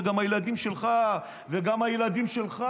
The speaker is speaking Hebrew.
שגם הילדים שלך וגם הילדים שלך.